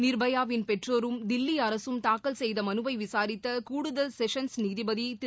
நிர்பயாவின் பெற்றோரும் தில்லி அரசும் தாக்கல் செய்தமலுவைவிசாரித்தகூடுதல் செஷன்ஸ் நீதிபதிதிரு